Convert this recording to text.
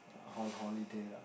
on holiday lah